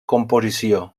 composició